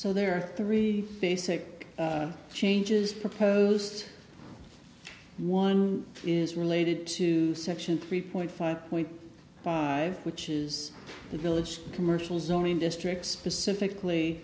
so there are three basic changes proposed one is related to section three point five point five which is the village commercial zoning district specifically